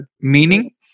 meaning